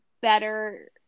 better